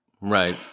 Right